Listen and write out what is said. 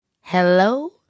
Hello